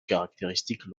caractéristiques